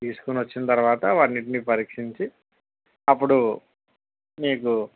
తీసుకొని వచ్చిన తర్వాత వాటిని పరీక్షించి అప్పుడు నీకు